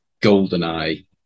GoldenEye